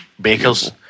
bakers